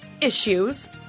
issues